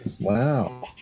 Wow